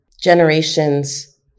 generations